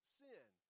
sin